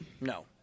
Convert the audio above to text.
No